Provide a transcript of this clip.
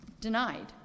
denied